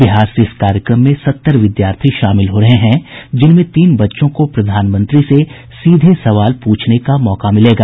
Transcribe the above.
बिहार से इस कार्यक्रम में सत्तर विद्यार्थी शामिल हो रहे हैं जिनमें तीन बच्चों को प्रधानमंत्री से सीधे सवाल पूछने का मौका मिलेगा